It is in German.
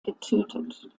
getötet